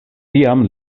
tiam